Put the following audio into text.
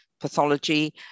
pathology